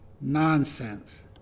Nonsense